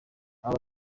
aba